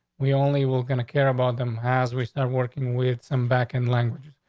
we only will gonna care about them. has we start working with some back in language.